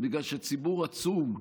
בגלל שציבור עצום,